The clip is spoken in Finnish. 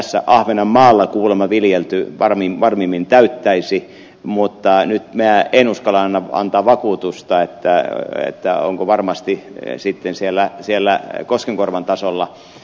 kuulemma ahvenanmaalla viljelty varmimmin täyttäisi mutta nyt minä en uskalla antaa vakuutusta onko varmasti sitten siellä koskenkorvan tasolla